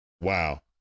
Wow